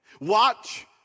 Watch